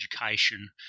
education